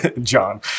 John